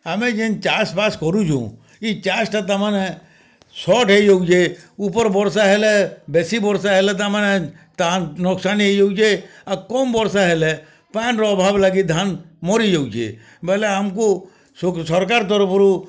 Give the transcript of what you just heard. ଆମେ ଯେନ୍ ଚାଷ୍ ବାଷ୍ କରୁଛୁଁ ଇ ଚାଷ୍ ଟା ତାର୍ ମାନେ ସର୍ଟ୍ ହେଇଯାଉଛେ ଉପର୍ ବର୍ଷା ହେଲେ ବେଶୀ ବର୍ଷା ହେଲେ ତାର୍ ମାନେ ତାର୍ ନକ୍ସା ନେଇଯାଉଛେ ଆଉ କମ୍ ବର୍ଷା ହେଲେ ପାଏନ୍ ର ଅଭାବ ଲାଗି ଧାନ୍ ମରିଯାଉଛେ ବଇଲେ ଆମକୁ ସରକାର୍ ତରଫରୁ